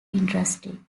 industry